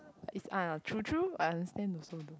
it's uh true true I understand also